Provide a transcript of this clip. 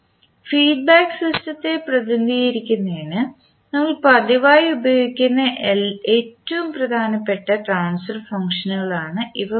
feedback സിസ്റ്റത്തെ പ്രതിനിധീകരിക്കുന്നതിന് നമ്മൾ പതിവായി ഉപയോഗിക്കുന്ന ഏറ്റവും പ്രധാനപ്പെട്ട ട്രാൻസ്ഫർ ഫംഗ്ഷനുകളാണ് ഇവ മൂന്നും